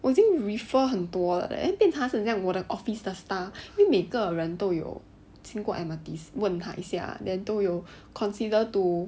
我已经 refer 很多 leh 变成很像我的 office the staff 他们每个人都有经过 amethyst 问他一下 then 都 you consider to